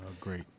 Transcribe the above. Great